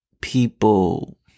people